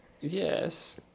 Yes